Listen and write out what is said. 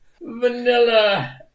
vanilla